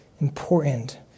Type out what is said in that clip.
important